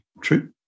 true